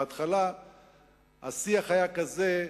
בהתחלה השיח היה כזה,